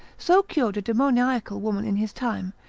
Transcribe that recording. so cured a demoniacal woman in his time,